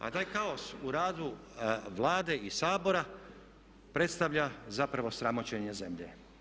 A taj kaos u radu Vlade i Sabora predstavlja zapravo sramoćenje zemlje.